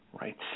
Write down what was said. Right